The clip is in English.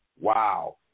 wow